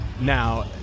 now